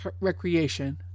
recreation